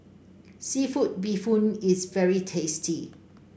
seafood Bee Hoon is very tasty